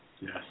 Yes